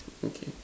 okay